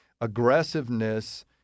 Aggressiveness